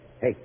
Hey